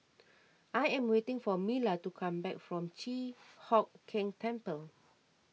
I am waiting for Mila to come back from Chi Hock Keng Temple